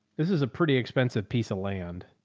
this is a pretty expensive piece of land,